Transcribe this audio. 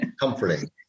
Comforting